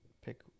pick